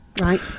Right